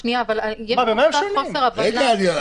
רגע,